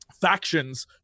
factions